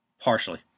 Partially